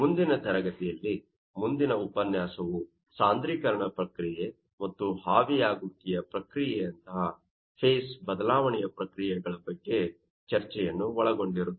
ಮುಂದಿನ ತರಗತಿಯಲ್ಲಿ ನಮ್ಮ ಮುಂದಿನ ಉಪನ್ಯಾಸವು ಸಾಂದ್ರೀಕರಣ ಪ್ರಕ್ರಿಯೆ ಮತ್ತು ಆವಿಯಾಗುವಿಕೆಯ ಪ್ರಕ್ರಿಯೆಯಂತಹ ಫೇಸ್ ಬದಲಾವಣೆಯ ಪ್ರಕ್ರಿಯೆಗಳ ಬಗ್ಗೆ ಚರ್ಚೆಯನ್ನು ಒಳಗೊಂಡಿರುತ್ತದೆ